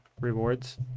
rewards